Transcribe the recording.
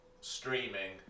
streaming